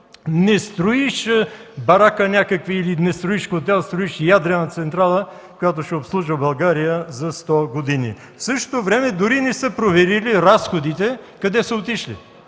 не строиш някаква барака или хотел, а строиш ядрена централа, която ще обслужва България за сто години. В същото време дори не са проверили разходите: къде са отишли